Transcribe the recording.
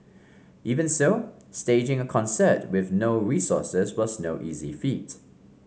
even so staging a concert with no resources was no easy feat